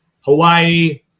Hawaii